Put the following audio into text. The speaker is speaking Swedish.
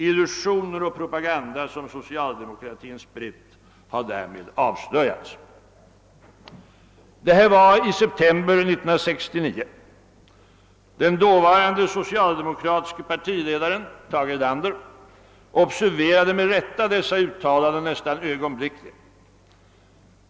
Illusioner och propaganda, som =: socialdemokratin spritt har därmed avslöjats.» Detta var i september 1969. Den dåvarande socialdemokratiske partiledaren, Tage Erlander, observerade med rätta dessa uttalanden nästan ögonblickligen.